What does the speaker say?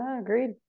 Agreed